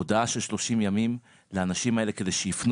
הודעה של 30 ימים לאנשים האלה כדי שיפנו